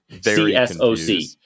C-S-O-C